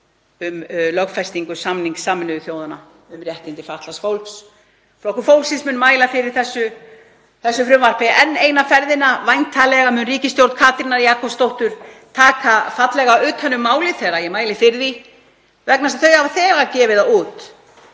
um lögfestingu samnings Sameinuðu þjóðanna um réttindi fatlaðs fólks. Flokkur fólksins mun mæla fyrir þessu frumvarpi enn eina ferðina, væntanlega mun ríkisstjórn Katrínar Jakobsdóttur taka fallega utan um málið þegar ég mæli fyrir því vegna þess að þau hafa þegar gefið það út